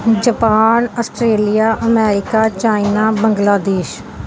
Japan Australia America China Bangladesh